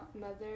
mother